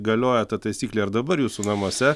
galioja ta taisyklė ir dabar jūsų namuose